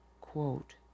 quote